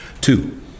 Two